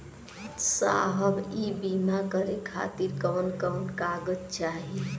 साहब इ बीमा करें खातिर कवन कवन कागज चाही?